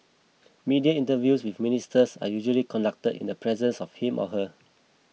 media interviews with Ministers are usually conducted in the presence of him or her